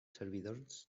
servidors